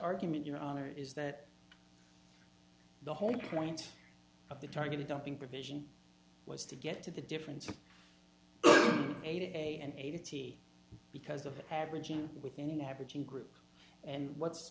argument your honor is that the whole point of the targeted dumping provision was to get to the difference of eight and eighty because of averaging within an average in group and what's